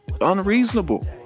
unreasonable